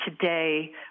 today